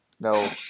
No